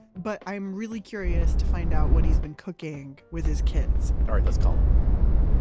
but i'm really curious to find out what he's been cooking with his kids all right, let's call him.